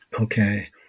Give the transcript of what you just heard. Okay